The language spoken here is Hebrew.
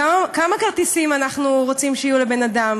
כמה כרטיסים אנחנו רוצים שיהיו לבן-אדם,